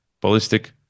ballistic